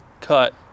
cut